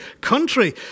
Country